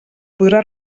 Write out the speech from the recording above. podrà